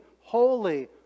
holy